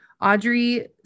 Audrey